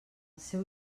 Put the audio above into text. seu